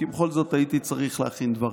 כי בכל זאת הייתי צריך להכין דברים.